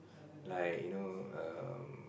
like you know um